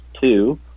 two